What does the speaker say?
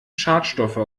schadstoffe